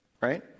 Right